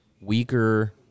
weaker